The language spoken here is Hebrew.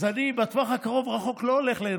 אז אני, בטווח הקרוב-רחוק לא הולך ליהנות ממשכנתה.